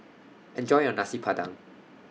Enjoy your Nasi Padang